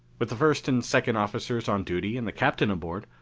with the first and second officers on duty, and the captain aboard,